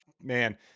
man